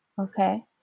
Okay